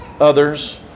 others